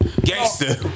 Gangster